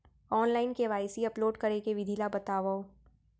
Online KYC upload करे के विधि ला बतावव?